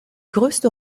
größte